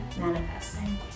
Manifesting